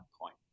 point